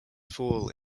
fall